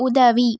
உதவி